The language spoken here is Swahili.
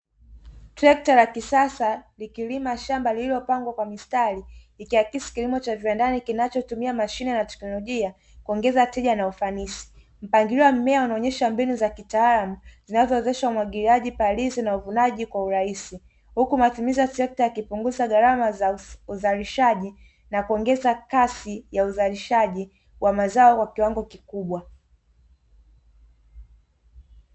Trekta la kisasa likilima shamba lililopangwa kwa mistari likiakisi kilimo cha viwandani kinachotumia mashine na teknolojia kuongeza tija na ufanisi. Mpangilio wa mimea unaonyesha mbinu za kitaalamu zinazowezesha umwagiliaji, palizi na uvunaji kwa urahisi. Huku matumizi ya trekta yakipunguza gharama za uzalishaji na kuongeza kasi ya uzalishaji wa mazao kwa kiwango kikubwa.